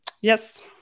Yes